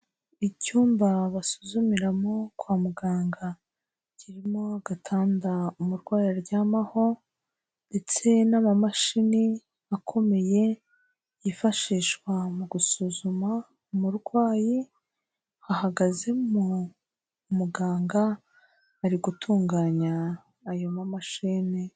Icyumba basuzumiramo kwa muganga, kirimo agatanda umurwayi aryamaho ndetse n'amamashini akomeye yifashishwa mu gusuzuma umurwayi, hahagazemo umuganga, ari gutunganya ayo mamashini.